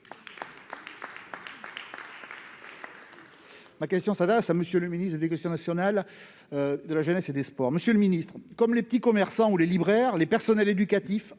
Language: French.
Ma question s'adresse à monsieur le ministre de l'éducation nationale, de la jeunesse et des sports. Monsieur le ministre, comme les petits commerçants ou les libraires, les personnels éducatifs,